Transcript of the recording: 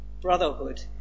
brotherhood